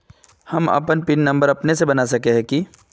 हम अपन pin number अपने से बना सके है की?